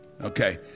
Okay